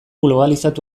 globalizatu